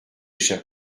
cher